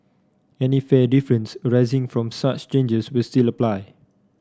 any fare difference arising from such changes will still apply